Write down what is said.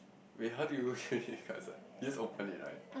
wait how do you okay okay cuts ah just open it right